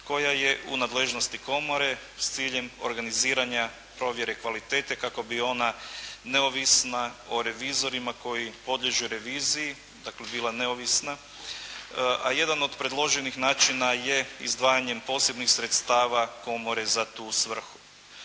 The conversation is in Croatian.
koja je u nadležnosti Komore s ciljem organiziranja provjere kvalitete kako bi ona neovisna o revizorima koji podliježu reviziji, dakle bila neovisna, a jedan od predloženih načina je izdvajanjem posebnih sredstava Komore za tu svrhu.